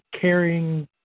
caring